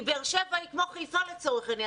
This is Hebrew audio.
כי באר שבע היא כמו חיפה לצורך העניין,